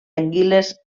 anguiles